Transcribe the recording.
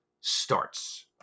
starts